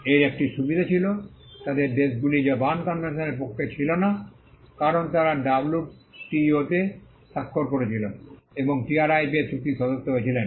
এর একটি সুবিধা ছিল তাদের দেশগুলি যা বার্ন কনভেনশনের পক্ষ ছিল না কারণ তারা ডব্লিউটিওতে স্বাক্ষর করেছিল এবং টিআরপিএস চুক্তির সদস্য হয়েছিলেন